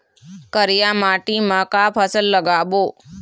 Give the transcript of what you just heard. करिया माटी म का फसल लगाबो?